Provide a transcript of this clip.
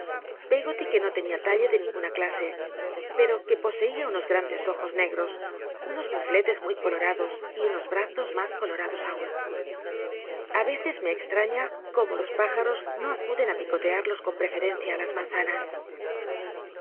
pcggoly que no t cnia talle ele ninguna clase l ero que poseia tmos grandes ojos negros unos mofletes muy colorados y unos bazos mas colorados aun a veces me extraña cómo los plijaros no acuden i picolcal'los con prcfei'cncia ü las manzanas